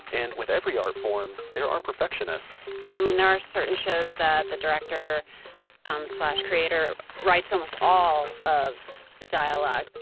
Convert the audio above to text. and with every art form, there are perfectionists i mean, there are certain shows that the director um slash creator writes almost all of the dialogue.